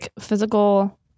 physical